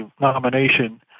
nomination